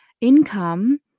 income